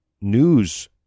news